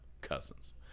Cousins